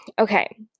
Okay